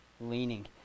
Leaning